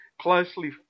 closely